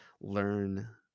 learn